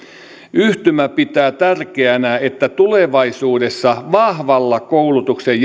yhtymä pitää tärkeänä että tulevaisuudessa vahvalla koulutuksen